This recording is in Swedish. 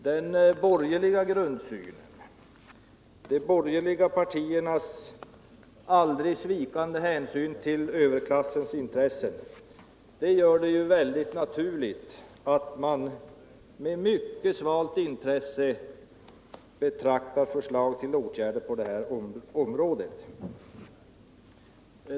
Den borgerliga grundsynen och de borgerliga partiernas aldrig svikande hänsyn till överklassens intressen skapar naturligtvis inte något engagemang för förslag till åtgärder på det här området.